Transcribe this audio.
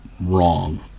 wrong